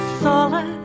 solid